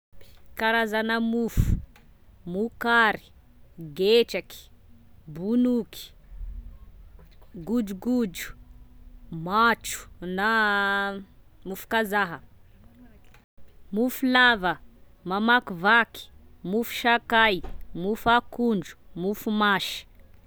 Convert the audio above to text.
Karazana mofo: mokary, getraky, bonoky, godrogodro, matro na mofo kazaha, mofolava, mamakivaky, mofo sakay, mofo akondro, mofo masy.